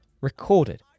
recorded